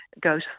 goes